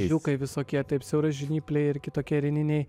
vėžiukai visokie taip siauražnypliai ir kitokie rininiai